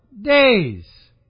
days